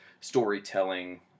storytelling